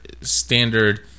standard